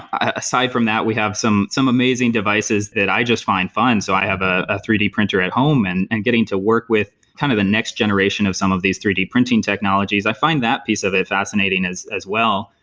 ah aside from that, we have some some amazing devices that i just find fun. so i have a three d printer at home and and getting to work with kind of the next generation of some of these three d printing technologies. i find that piece of it fascinating as as well.